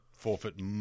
Forfeit